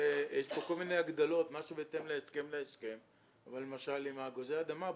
יש כאן כל מיני הגדלות אבל למשל עם אגוזי האדמה,